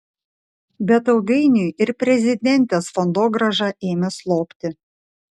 bet ilgainiui ir prezidentės fondogrąža ėmė slopti